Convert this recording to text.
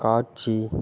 காட்சி